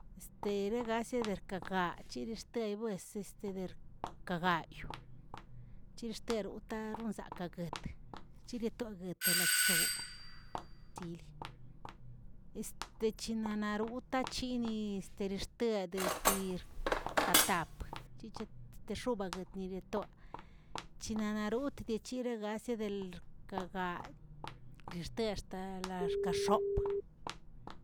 Este begadesierkaꞌkaꞌ chirixtey bues der kagayb, chixter wrtaronz keguet, chiritoguet lachtzow, chil este chinanarutaꞌa chini xterixteg desir katap chicheꞌe guexobaꞌ guetni guetob. chinanarut dechirigsas del ka gayꞌ diixetel xtaꞌa xkaxopꞌ